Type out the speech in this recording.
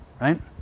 Right